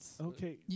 Okay